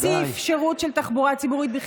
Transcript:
להוסיף שירות של תחבורה ציבורית,